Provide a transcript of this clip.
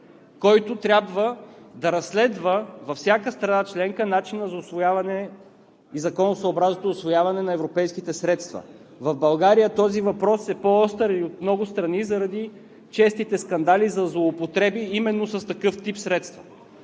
който трябва да разследва във всяка страна членка начина за усвояване и законосъобразното усвояване на европейските средства. В България този въпрос е по-остър от много страни заради честите скандали за злоупотреби именно с такъв тип средства.